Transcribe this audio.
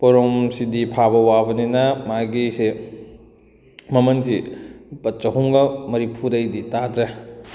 ꯄꯣꯔꯣꯝꯁꯤꯗꯤ ꯐꯥꯕ ꯋꯥꯕꯅꯤꯅ ꯃꯥꯒꯤꯁꯦ ꯃꯃꯜꯁꯤ ꯂꯨꯄꯥ ꯆꯍꯨꯝꯒ ꯃꯔꯤꯒꯨꯗꯒꯤꯗꯤ ꯇꯥꯗ꯭ꯔꯦ